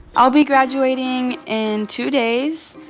i'll be graduating in two days.